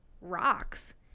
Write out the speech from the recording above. rocks